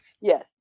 Yes